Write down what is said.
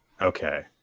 Okay